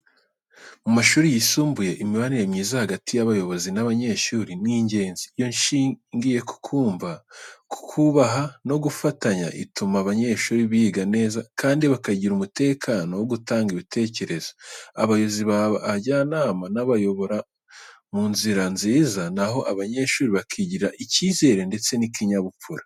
Mu mashuri yisumbuye, imibanire myiza hagati y’abayobozi n’abanyeshuri ni ingenzi. Iyo ishingiye ku kubumva, kububaha no gufatanya, ituma abanyeshuri biga neza, kandi bakagira umutekano wo gutanga ibitekerezo. Abayobozi baba abajyanama n’abayobora mu nzira nziza, na ho abanyeshuri bakigirira icyizere ndetse n’ikinyabupfura.